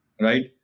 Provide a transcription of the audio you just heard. right